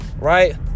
Right